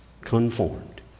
Conformed